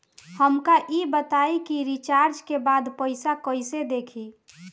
हमका ई बताई कि रिचार्ज के बाद पइसा कईसे देखी?